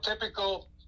typical